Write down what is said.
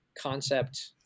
concept